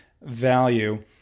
value